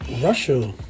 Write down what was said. Russia